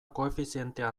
koefizientea